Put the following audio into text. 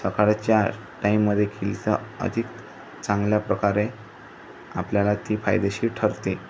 सकाळच्या टाईममध्ये केली तर अधिक चांगल्या प्रकारे आपल्याला ती फायदेशीर ठरते